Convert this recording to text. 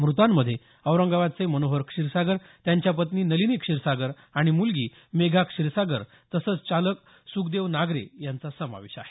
मृतांमध्ये औरंगाबादचे मनोहर क्षीरसागर त्यांच्या पत्नी नलिनी क्षीरसागर आणि मुलगी मेघा क्षीरसागर तसंच चालक सुगदेव नागरे यांचा समावेश आहे